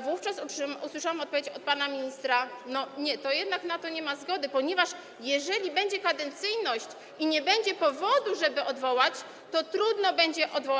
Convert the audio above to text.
wówczas usłyszałam odpowiedź od pana ministra: no nie, jednak na to nie ma zgody, ponieważ jeżeli będzie kadencyjność i nie będzie powodu, żeby odwołać takiego łowczego, to trudno będzie go odwołać.